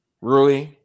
Rui